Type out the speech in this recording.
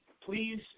please